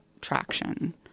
traction